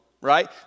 right